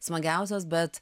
smagiausios bet